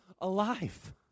alive